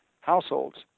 households